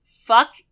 fuck